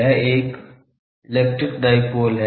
यह एक electric dipole है